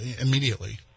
immediately